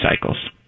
cycles